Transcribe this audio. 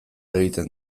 egiten